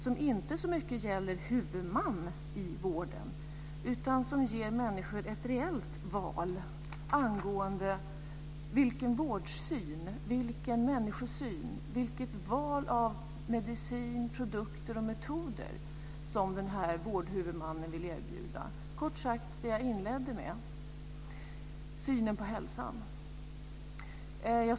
Om tilltron till vården minskar genom att människor upplever register som kränkande, och det finns en rädsla och osäkerhet om hur och varför registren används slår det även tillbaka på forskningen.